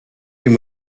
can